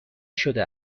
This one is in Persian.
شده